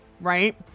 right